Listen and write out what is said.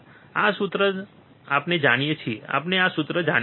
આ સૂત્ર આપણે જાણીએ છીએ આપણે આ સૂત્ર જાણીએ છીએ